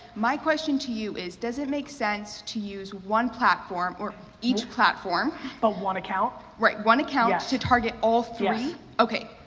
my question to you is does it make sense to use one platform, or each platform but one account? right, one account to target all three? yes. okay,